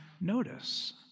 notice